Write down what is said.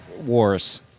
wars